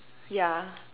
yeah